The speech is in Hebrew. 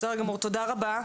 תודה רבה.